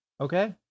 okay